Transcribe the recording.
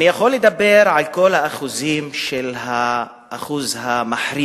אני יכול לדבר על כל האחוזים, על האחוז המחריד